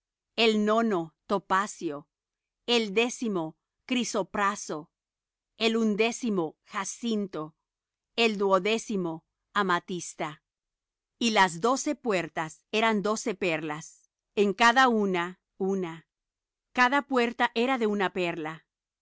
el nono topacio el décimo crisopraso el undécimo jacinto el duodécimo amatista y las doce puertas eran doce perlas en cada una una cada puerta era de una perla